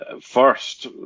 First